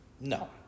No